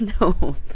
no